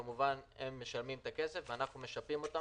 כמובן הם משלמים את הכסף ואנחנו משפים אותם